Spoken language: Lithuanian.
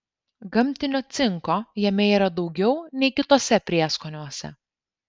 gamtinio cinko jame yra daugiau nei kituose prieskoniuose